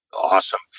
Awesome